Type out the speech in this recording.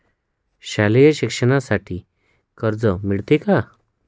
शालेय शिक्षणासाठी कर्ज मिळते का?